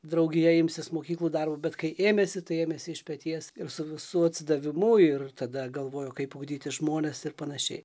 draugija imsis mokyklų darbo bet kai ėmėsi tai ėmėsi iš peties ir su visu atsidavimu ir tada galvojo kaip ugdyti žmones ir panašiai